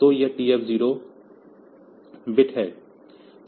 तो यह TF 0 bit है